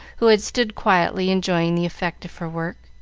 who had stood quietly enjoying the effect of her work.